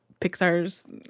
Pixar's